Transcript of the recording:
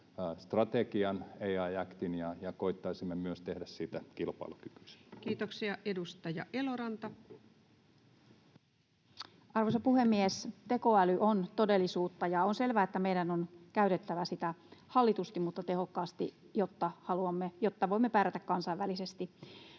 tekoälystrategian, AI Actin, ja koittaisimme myös tehdä siitä kilpailukykyisen. Kiitoksia. — Edustaja Eloranta. Arvoisa puhemies! Tekoäly on todellisuutta, ja on selvää, että meidän on käytettävä sitä hallitusti mutta tehokkaasti, jotta voimme pärjätä kansainvälisesti.